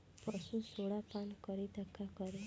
पशु सोडा पान करी त का करी?